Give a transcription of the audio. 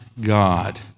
God